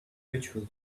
ritual